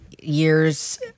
years